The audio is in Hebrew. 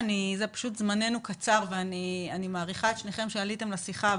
זממנו קצר ואני מעריכה את שניכם שעליתם לשיחה,